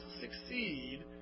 succeed